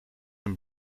een